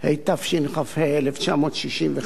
התשכ"ה 1965,